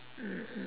mm mm